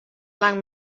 lang